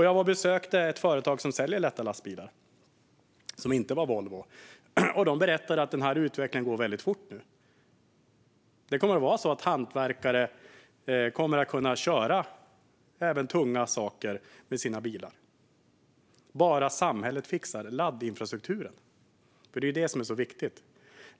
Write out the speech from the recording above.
Jag besökte ett företag - inte Volvo - som säljer lätta lastbilar. De berättade att den här utvecklingen nu går väldigt fort. Hantverkare kommer att kunna köra även tunga saker i sina bilar, bara samhället fixar laddinfrastrukturen. Det är ju det som är så viktigt.